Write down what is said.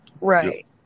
Right